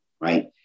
right